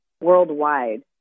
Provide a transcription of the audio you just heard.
worldwide